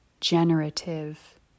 generative